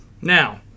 Now